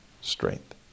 strength